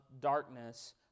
darkness